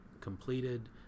completed